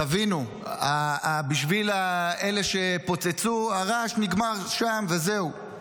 תבינו, בשביל אלה שפוצצו, הרעש נגמר שם, וזהו,